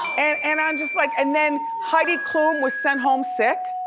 and and i'm just like, and then heidi klum was sent home sick.